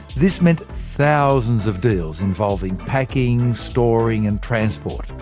this meant thousands of deals involving packing, storage and transport.